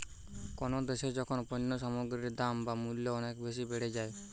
কোনো দ্যাশে যখন পণ্য সামগ্রীর দাম বা মূল্য অনেক বেশি বেড়ে যায়